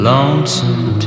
Lonesome